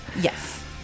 Yes